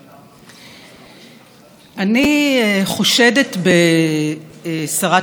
אני חושדת בשרת המשפטים איילת שקד